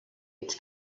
its